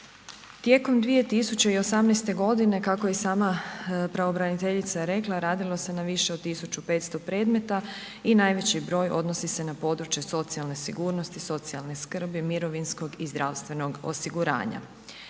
Tijekom 2018. godine kako je i sama pravobraniteljica rekla radilo se na više od tisuću 500 predmeta i najveći broj odnosi se na područje socijalne sigurnosti, socijalne skrbi, mirovinskog i zdravstvenog osiguranja.